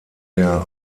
der